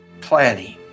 planning